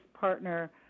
partner